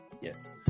Yes